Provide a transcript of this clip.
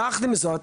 יחד עם זאת,